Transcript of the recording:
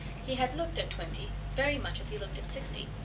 he had looked at twenty very much as he looked at sixty,